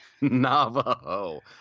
Navajo